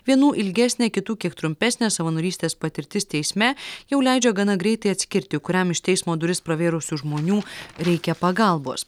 vienų ilgesnė kitų kiek trumpesnė savanorystės patirtis teisme jau leidžia gana greitai atskirti kuriam iš teismo duris pravėrusių žmonių reikia pagalbos